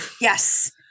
yes